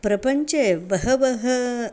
प्रपञ्चे बह्व्यः